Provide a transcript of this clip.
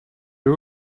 you